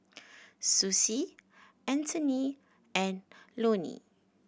Sussie Antony and Lonie